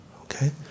Okay